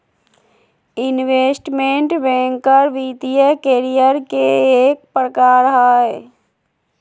investment banker वित्तीय career के एक प्रकार हय